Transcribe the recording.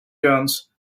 guns